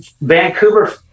Vancouver